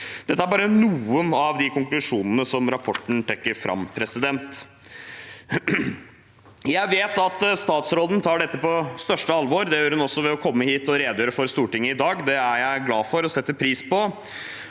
Dette er bare noen av de konklusjonene som rapporten trekker fram. Jeg vet at statsråden tar dette på største alvor. Det gjør hun også ved å komme hit og redegjøre for Stortinget i dag. Det er jeg glad for, og det setter jeg pris på.